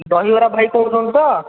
ଦହିବରା ଭାଇ କହୁଛନ୍ତି ତ